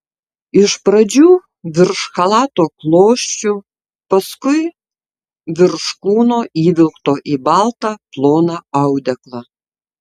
iš pradžių virš chalato klosčių paskui virš kūno įvilkto į baltą ploną audeklą